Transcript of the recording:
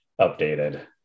updated